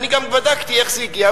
אני גם בדקתי איך זה הגיע,